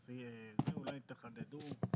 אולי תחדדו.